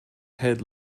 head